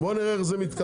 ובוא נראה איך זה מתקדם.